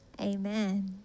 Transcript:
amen